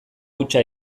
hutsa